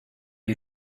you